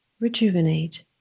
rejuvenate